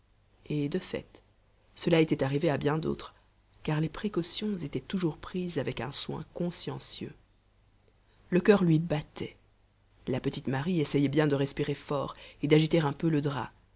et de fait cela était arrivé à bien d'autres car les précautions étaient toujours prises avec un soin consciencieux le cur lui battait la petite marie essayait bien de respirer fort et d'agiter un peu le drap